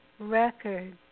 record